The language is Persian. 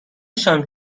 شام